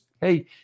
Hey